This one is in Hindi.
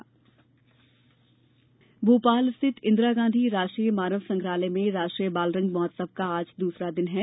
बालरंग भोपाल स्थित इंदिरा गाँधी मानव संग्रहालय में राष्ट्रीय बालरंग महोत्सव का आज दूसरा दिन है